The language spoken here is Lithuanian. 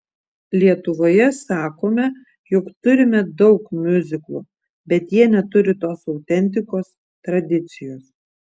lietuvoje sakome jog turime daug miuziklų bet jie neturi tos autentikos tradicijos